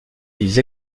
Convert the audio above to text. ils